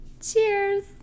Cheers